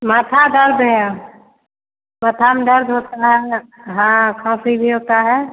माथा दर्द है माथा में दर्द होता है हाँ खाँसी भी होता है